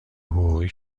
حقوقی